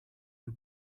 you